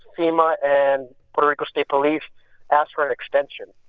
fema and puerto rico state police asked for an extension.